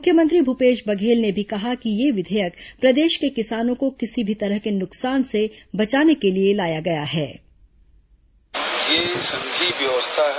मुख्यमंत्री भूपेश बघेल ने भी कहा कि यह विधेयक प्रदेश के किसानों को किसी भी तरह के नुकसान से बचाने के लिए लाया गया है